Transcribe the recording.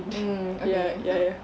mm okay so